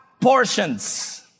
portions